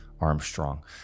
armstrong